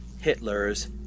Hitler's